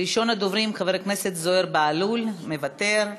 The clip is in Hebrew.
ראשון הדוברים, חבר הכנסת זוהיר בהלול, מוותר,